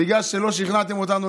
בגלל שלא שכנעתם אותנו,